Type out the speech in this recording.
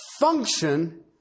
function